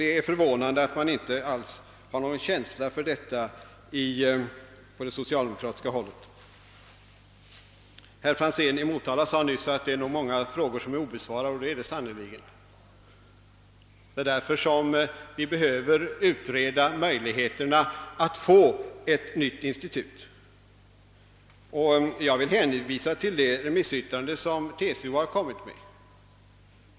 Det är förvånande att socialdemokraterna inte har någon känsla för detta. Herr Franzén i Motala sade nyss att det är många frågor obesvarade. Det är sannerligen riktigt. Det är därför vi behöver utreda möjligheterna att få ett nytt institut. Jag vill hänvisa till det remissyttrande TCO lämnat.